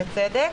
בצדק,